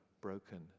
broken